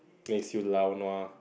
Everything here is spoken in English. makes you laonua